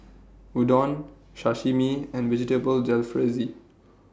Udon Sashimi and Vegetable Jalfrezi